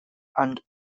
and